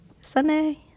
sunday